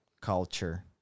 culture